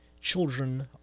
children